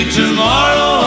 tomorrow